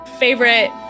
favorite